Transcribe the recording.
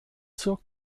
zur